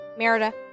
Merida